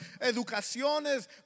educaciones